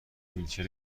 ویلچر